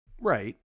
Right